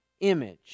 image